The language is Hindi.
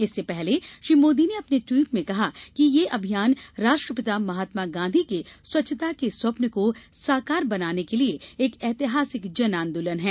इससे पहले श्री मोदी ने अपने ट्वीट में कहा कि यह अभियान राष्ट्रपिता महात्मा गॉधी के स्वच्छता के स्वप्न को साकार बनाने के लिए एक ऐतिहासिक जन आंदोलन है